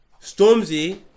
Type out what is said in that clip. Stormzy